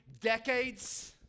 Decades